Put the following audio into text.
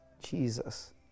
Jesus